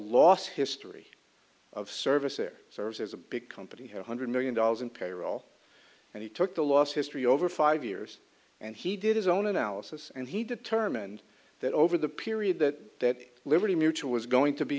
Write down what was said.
loss history of service there serves as a big company one hundred million dollars in payroll and he took the loss history over five years and he did his own analysis and he determined that over the period that liberty mutual was going to be